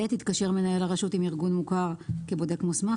התקשר מנהל הרשות עם ארגון מוכר כבודק מוסמך,